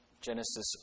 Genesis